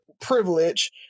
privilege